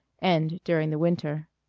end during the winter.